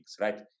right